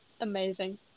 Amazing